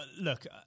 look